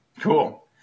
Cool